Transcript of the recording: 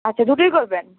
আচ্ছা দুটোই করবেন